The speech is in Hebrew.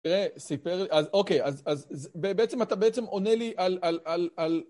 תראה, סיפר, אז אוקיי, אז בעצם אתה בעצם עונה לי על...